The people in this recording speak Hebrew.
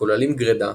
וכוללים גרידה,